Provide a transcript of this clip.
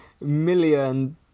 million